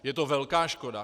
Je to velká škoda.